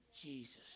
Jesus